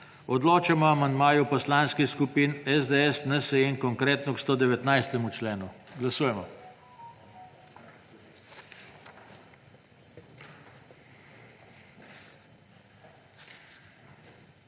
Odločamo o amandmaju poslanskih skupin SDS, NSi in Konkretno k 84. členu. Glasujemo.